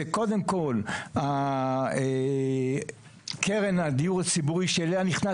זה קודם כל קרן הדיור הציבורי שאליה נכנס